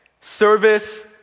Service